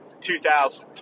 2003